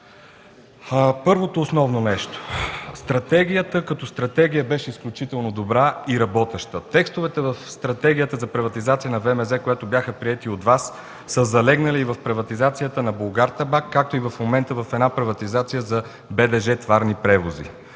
Първото основно нещо – стратегията като стратегия беше изключително добра и работеща. Текстовете в Стратегията за приватизация на ВМЗ – Сопот, които бяха приети от Вас, са залегнали и в приватизацията на „Булгартабак”, както и в момента в една приватизация за БДЖ „Товарни превози”.